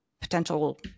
potential